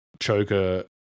choker